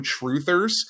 Truthers